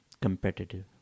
competitive